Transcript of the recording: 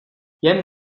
jen